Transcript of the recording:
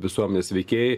visuomenės veikėjai